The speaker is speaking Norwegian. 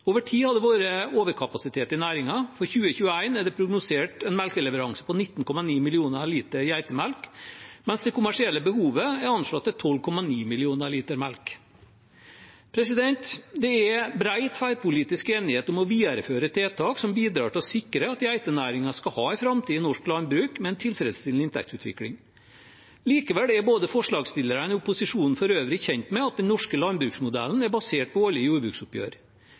Over tid har det vært overkapasitet i næringen, og for 2021 er det prognosert en melkeleveranse på 19,9 millioner liter geitemelk, mens det kommersielle behovet er anslått til 12,9 millioner liter. Det er bred tverrpolitisk enighet om å videreføre tiltak som bidrar til å sikre at geitenæringen skal ha en framtid i norsk landbruk og med en tilfredsstillende inntektsutvikling. Likevel er både forslagsstillerne og opposisjonen for øvrig kjent med at den norske landbruksmodellen er basert på årlige jordbruksoppgjør.